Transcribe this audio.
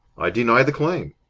i deny the claim.